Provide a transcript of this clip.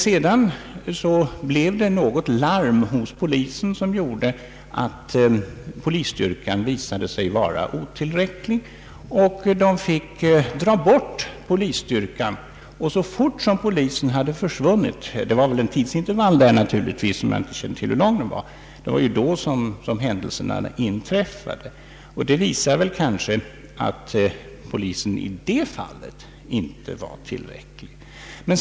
Sedan kom det något larm hos polisen, som medförde att man fick dra bort polisstyrkan från platsen. Så fort som polisen försvunnit — det fanns naturligtvis en viss tidsintervall, hur lång känner jag inte till — inträffade attacken. Detta visar kanske att polisstyrkan i det fallet inte var tillräckligt stor.